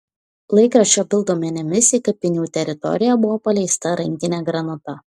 laikraščio bild duomenimis į kapinių teritoriją buvo paleista rankinė granata